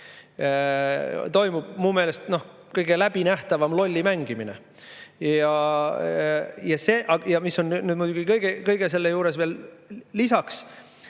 Toimub mu meelest kõige läbinähtavam lollimängimine. Ja mis on muidugi kõige selle juures veel: